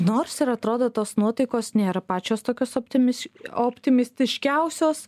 nors ir atrodo tos nuotaikos nėra pačios tokios optimis optimistiškiausios